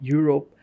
Europe